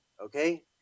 Okay